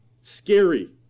scary